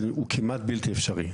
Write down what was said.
הוא כמעט בלתי אפשרי.